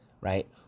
right